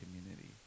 community